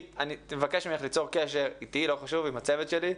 לך ליצור קשר איתי או עם הצוות שלי,